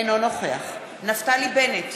אינו נוכח נפתלי בנט,